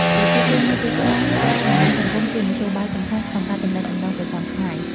ប្រជាជននៅទីក្រុងប្រើបណ្ដាញសង្គមជាមធ្យោបាយសំខាន់ក្នុងការទំនាក់ទំនងប្រចាំថ្ងៃ។